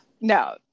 No